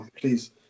please